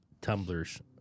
tumblers